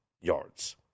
yards